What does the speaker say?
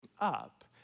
up